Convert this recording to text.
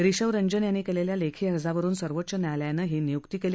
रिशव रंजन यांनी केलेल्या लेखी अर्जावरुन सर्वोच्च न्यायालयाने ही नियुक्ती केली